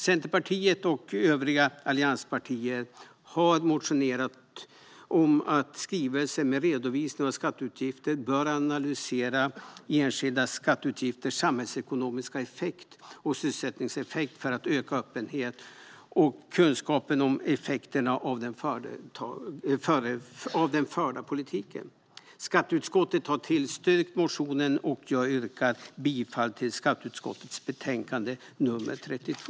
Centerpartiet och övriga allianspartier har motionerat om att skrivelser med redovisning av skatteutgifter bör analysera enskilda skatteutgifters samhällsekonomiska effektivitet och sysselsättningseffekt för att öka öppenheten i och kunskapen om effekterna av den förda politiken. Skatteutskottet har tillstyrkt motionen, och jag yrkar bifall till förslaget i skatteutskottets betänkande 32.